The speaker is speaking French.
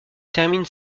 termine